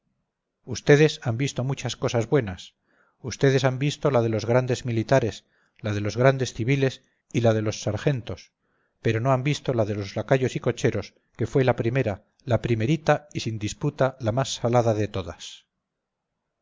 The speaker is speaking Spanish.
vds han visto muchas cosas buenas ustedes han visto la de los grandes militares la de los grandes civiles y la de los sargentos pero no hanvisto la de los lacayos y cocheros que fue la primera la primerita y sin disputa la más salada de todas